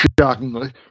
Shockingly